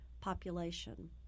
population